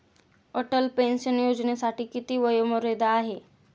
Atal pension योजनेसाठी किती वयोमर्यादा आहे?